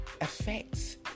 affects